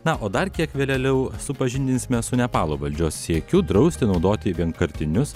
na o dar kiek vėlėliau supažindinsime su nepalo valdžios siekiu drausti naudoti vienkartinius